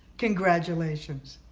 congratulations.